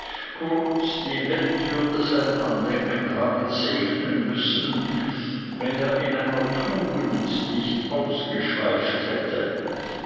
kurz die welt würde sein andenken haben segnen müssen wenn er in einer tugend nicht ausgeschweift hätte